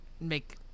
make